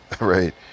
Right